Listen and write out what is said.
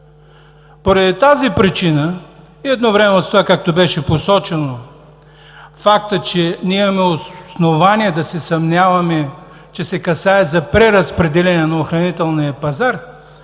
Поради тази причина и едновременно с това, както беше посочено – фактът, че имаме основание да се съмняваме, че се касае за преразпределение на охранителния пазар,